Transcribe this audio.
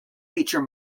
feature